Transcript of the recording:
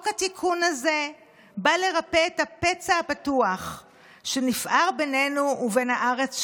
תיקון החוק הזה בא לרפא את הפצע הפתוח שנפער בינינו ובין הארץ שלנו,